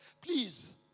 Please